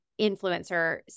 influencer